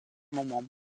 moments